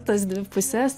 tas dvi puses